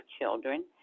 children